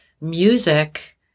music